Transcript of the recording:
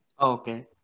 Okay